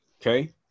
Okay